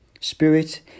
Spirit